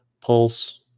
pulse